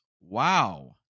Wow